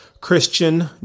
Christian